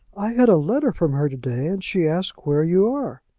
i had a letter from her to-day and she asks where you are.